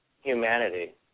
humanity